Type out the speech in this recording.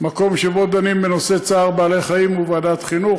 המקום שבו דנים בנושא צער בעלי-חיים הוא ועדת החינוך,